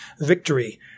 victory